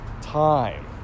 time